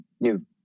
new